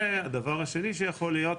והדבר השני שיכול להיות,